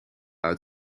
uit